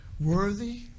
worthy